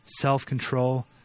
self-control